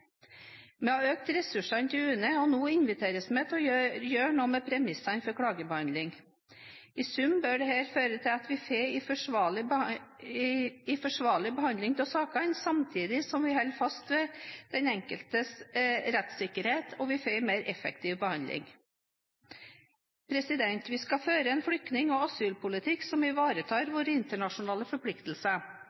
Vi har økt ressursene til UNE, og nå inviteres vi til å gjøre noe med premissene for klagebehandling. I sum bør dette føre til at vi får en forsvarlig behandling av sakene, samtidig som vi holder fast ved den enkeltes rettssikkerhet, og vi får en mer effektiv behandling. Vi skal føre en flyktning- og asylpolitikk som ivaretar våre internasjonale forpliktelser.